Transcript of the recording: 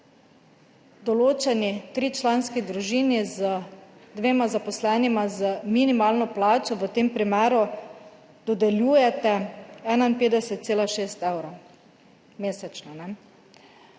določeni tričlanski družini z dvema zaposlenima z minimalno plačo v tem primeru dodeljujete 51,6 evra mesečno.